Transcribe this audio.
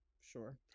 Sure